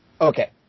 Okay